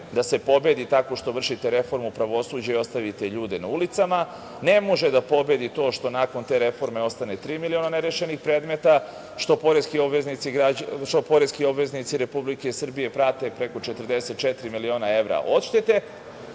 da se pobedi tako što vršite reformu pravosuđa i ostavite ljude na ulicama, ne može da pobedi to što nakon te reforme ostane tri miliona nerešenih predmeta, što poreski obveznici Republike Srbije prate preko 44 miliona evra odštete.